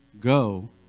Go